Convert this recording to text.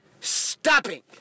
stopping